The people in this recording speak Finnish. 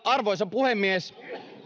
arvoisa puhemies